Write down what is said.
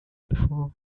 before